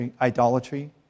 idolatry